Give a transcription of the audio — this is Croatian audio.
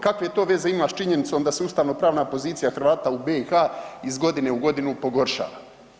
Kakve to veze ima s činjenicom da se ustavno pravna pozicija Hrvata u BiH iz godine u godinu pogoršava?